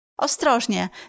Ostrożnie